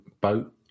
Boat